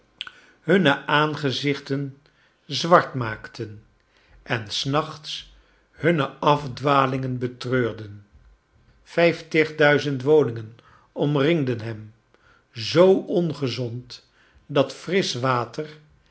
hunne aangezichten zwart maakten en s nachts hunne afdwalingen betreurden vijftigduizend woningen omringden hem zoo ongezond dat frisch water